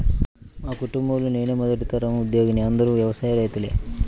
మా కుటుంబంలో నేనే మొదటి తరం ఉద్యోగిని అందరూ వ్యవసాయ రైతులే